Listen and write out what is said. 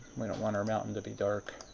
we don't want our mountain to be dark.